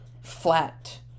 flat